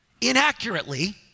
inaccurately